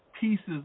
Pieces